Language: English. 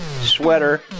Sweater